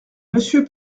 monsieur